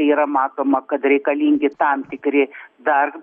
yra matoma kad reikalingi tam tikri dar